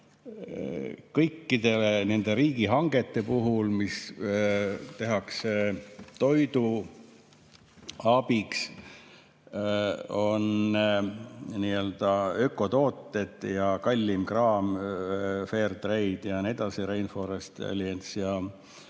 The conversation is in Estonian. kõikide nende riigihangete puhul, mis tehakse toiduabiks, on ökotooted ja kallim kraam, Fairtrade ja nii edasi, Rainforest Alliance ja